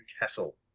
Newcastle